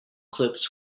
clips